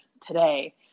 today